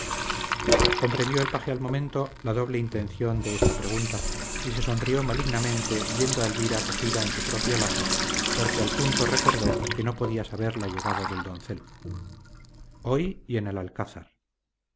comprendió el paje al momento la doble intención de esta pregunta y se sonrió malignamente viendo a elvira cogida en su propio lazo porque al punto recordó que no podía saber la llegada del doncel hoy y en el alcázar